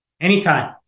Anytime